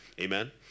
Amen